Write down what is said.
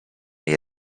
jej